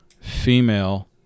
female